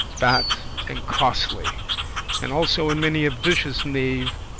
fat, and costly and also in many a vicious knave,